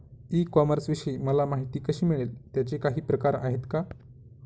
E कॉमर्सविषयी मला माहिती कशी मिळेल? त्याचे काही प्रकार आहेत का?